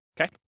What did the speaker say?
okay